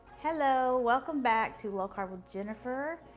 hello. welcome back to low carb with jennifer.